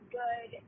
good